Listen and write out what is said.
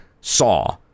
saw